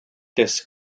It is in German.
des